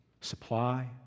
supply